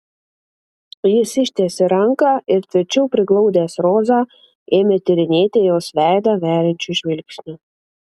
jis ištiesė ranką ir tvirčiau priglaudęs rozą ėmė tyrinėti jos veidą veriančiu žvilgsniu